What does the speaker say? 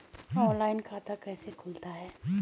Online खाता कैसे खुलता है?